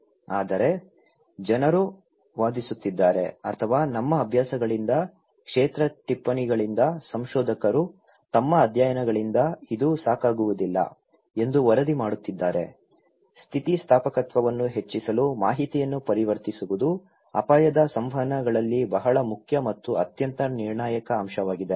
ಆದರೆ ಜನರು ವಾದಿಸುತ್ತಿದ್ದಾರೆ ಅಥವಾ ನಮ್ಮ ಅಭ್ಯಾಸಗಳಿಂದ ಕ್ಷೇತ್ರ ಟಿಪ್ಪಣಿಗಳಿಂದ ಸಂಶೋಧಕರು ತಮ್ಮ ಅಧ್ಯಯನಗಳಿಂದ ಇದು ಸಾಕಾಗುವುದಿಲ್ಲ ಎಂದು ವರದಿ ಮಾಡುತ್ತಿದ್ದಾರೆ ಸ್ಥಿತಿಸ್ಥಾಪಕತ್ವವನ್ನು ಹೆಚ್ಚಿಸಲು ಮಾಹಿತಿಯನ್ನು ಪರಿವರ್ತಿಸುವುದು ಅಪಾಯದ ಸಂವಹನಗಳಲ್ಲಿ ಬಹಳ ಮುಖ್ಯ ಮತ್ತು ಅತ್ಯಂತ ನಿರ್ಣಾಯಕ ಅಂಶವಾಗಿದೆ